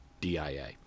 DIA